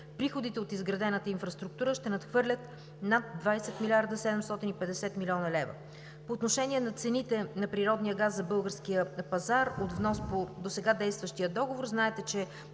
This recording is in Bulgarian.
приходите от изградената инфраструктура ще надхвърлят над 20 млрд. 750 млн. лв. По отношение на цените на природния газ за българския пазар от внос по досега действащия договор знаете, че